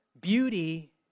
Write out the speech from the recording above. Beauty